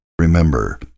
Remember